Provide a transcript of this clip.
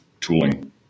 tooling